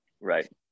Right